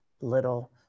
Little